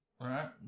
Right